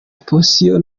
opozisiyo